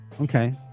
Okay